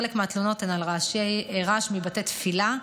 חלק מהתלונות הן על רעש מבתי תפילה,